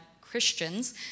Christians